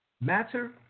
matter